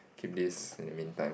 keep this in the meantime